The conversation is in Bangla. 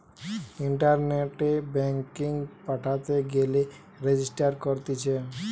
ইন্টারনেটে ব্যাঙ্কিং পাঠাতে গেলে রেজিস্টার করতিছে